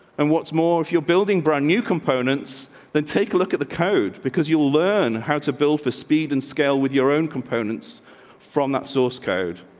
and what's more, if you're building brand new components that take a look at the code because you'll learn how to build for speed and scale with your own components from that source code.